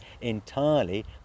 entirely